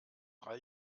drei